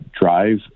drive